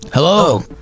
hello